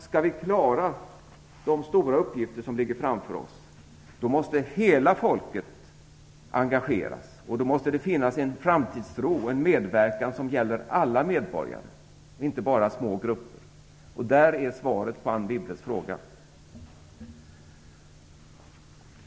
Skall vi klara av de stora uppgifter som ligger framför oss, måste hela folket engageras, och då måste det finnas en framtidstro och en medverkan som omfattar alla medborgare och inte bara små grupper. I detta ligger svaret på Anne Wibbles fråga.